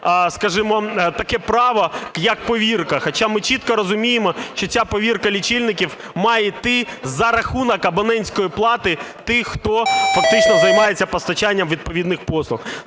таке право як повірка. Хоча ми чітко розуміємо, що ця повірка лічильників має іти за рахунок абонентської плати тих, хто фактично займається постачанням відповідних послуг.